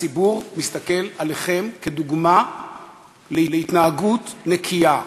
הציבור מסתכל עליכם כדוגמה להתנהגות נקייה.